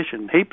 heaps